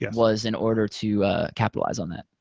yeah was in order to capitalize on that.